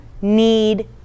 need